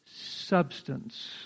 substance